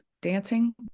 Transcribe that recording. dancing